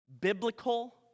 biblical